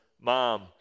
Mom